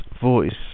voice